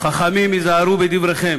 "חכמים היזהרו בדבריכם